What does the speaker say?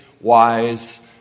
wise